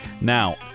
Now